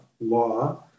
law